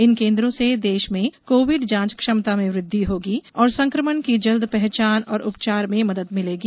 इन केन्द्रों से देश में कोविड जांच क्षमता में वृद्धि होगी और संक्रमण की जल्द पहचान और उपचार में मदद मिलेगी